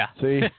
See